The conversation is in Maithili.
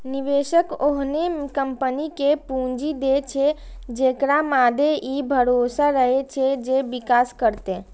निवेशक ओहने कंपनी कें पूंजी दै छै, जेकरा मादे ई भरोसा रहै छै जे विकास करतै